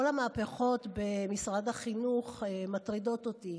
כל המהפכות במשרד החינוך מטרידות אותי,